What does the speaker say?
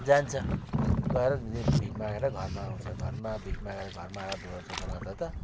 जान्छ गएर फेरि भिख मागेर घरमा आउँछ घरमा भिख मागेर घरमा आएर झोला ठटाउँदा त त